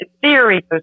theory